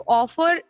offer